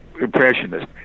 impressionist